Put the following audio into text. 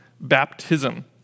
baptism